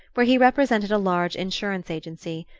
where he represented a large insurance agency.